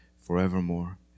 forevermore